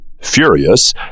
Furious